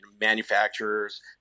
manufacturers